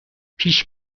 پیش